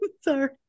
sorry